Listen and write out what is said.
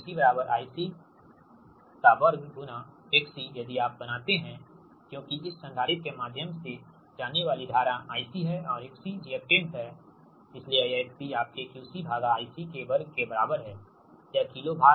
अब QC 2 XC यदि आप बनाते हैं क्योंकि इस संधारित्र के माध्यम से जाने वाली धारा IC है और XC रिएक्टेंस है इसलिए यह 𝑋C आपके QC भागा IC के वर्ग के बराबर है यह किलो VAR है